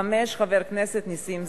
5. חבר הכנסת נסים זאב.